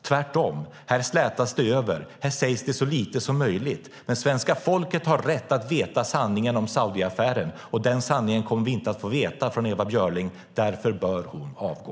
Tvärtom, här slätas det över och sägs så lite som möjligt. Svenska folket har rätt att få veta sanningen om Saudiaffären. Den sanningen kommer vi inte att få veta från Ewa Björling, därför bör hon avgå.